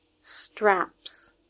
straps